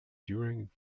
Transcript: during